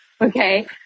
okay